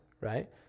right